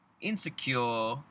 insecure